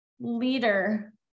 Leader